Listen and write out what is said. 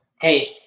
Hey